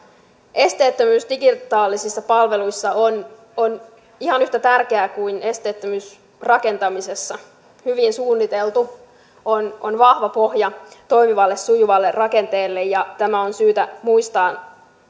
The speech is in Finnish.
esteettömyys digitaalisissa palveluissa on on ihan yhtä tärkeää kuin esteettömyys rakentamisessa hyvin suunniteltu on on vahva pohja toimivalle sujuvalle rakenteelle ja tämä on syytä muistaa